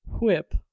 Whip